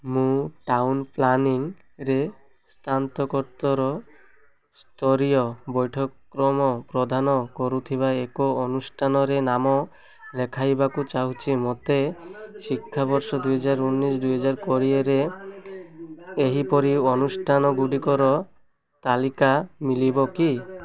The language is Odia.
ମୁଁ ଟାଉନ୍ ପ୍ଲାନିଂରେ ସ୍ନାତକୋତ୍ତର ସ୍ତରୀୟ ପାଠ୍ୟକ୍ରମ ପ୍ରଦାନ କରୁଥିବା ଏକ ଅନୁଷ୍ଠାନରେ ନାମ ଲେଖାଇବାକୁ ଚାହୁଁଛି ମୋତେ ଶିକ୍ଷାବର୍ଷ ଦୁଇହଜାରେ ଉଣେଇଶ ଦୁଇହଜାରେ କୋଡ଼ିଏରେ ଏହିପରି ଅନୁଷ୍ଠାନଗୁଡ଼ିକର ତାଲିକା ମିଳିବ କି